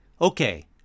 okay